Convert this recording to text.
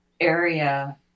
area